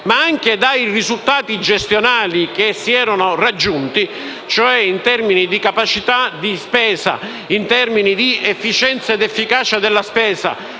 ma anche dai risultati gestionali che si erano raggiunti in termini di capacità di spesa e di efficacia ed efficienza della spesa